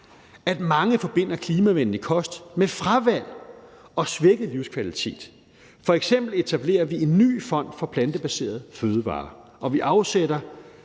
at mange forbinder klimavenlig kost med fravalg og svækket livskvalitet. F.eks. etablerer vi en ny fond for plantebaserede fødevarer, og vi afsætter